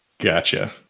Gotcha